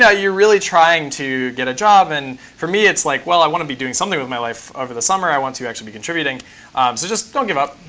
yeah you're really trying to get a job, and for me it's like, well, i want to be doing something with my life over the summer. i want to actually be contributing. so just don't give up.